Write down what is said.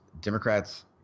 Democrats